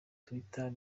twitter